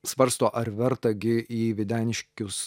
svarsto ar verta gi į videniškius